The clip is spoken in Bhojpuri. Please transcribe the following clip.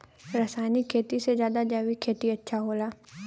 रासायनिक खेती से ज्यादा जैविक खेती अच्छा होला